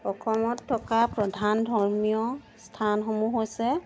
অসমত থকা প্ৰধান ধৰ্মীয় স্থানসমূহ হৈছে